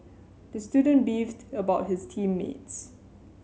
the student beefed about his team mates